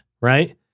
right